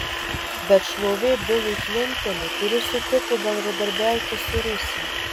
bet šlovė bilui klintonui kuris sutiko bendradarbiauti su rusija